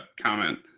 comment